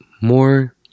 more